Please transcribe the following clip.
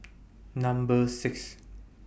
Number six